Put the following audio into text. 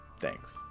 Thanks